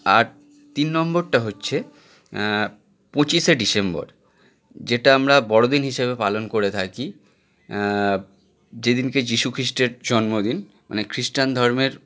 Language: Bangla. আর তিন নম্বরটা হচ্ছে পঁচিশে ডিসেম্বর যেটা আমরা বড়দিন হিসেবে পালন করে থাকি যে দিনকে যীশুখ্রীষ্টের জন্মদিন মানে খ্রিস্টান ধর্মের